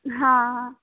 हँ